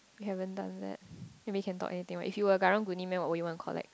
we haven't done that maybe can talk anything if you are Karang-Guni man what would you want collect